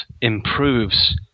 improves